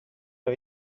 nhw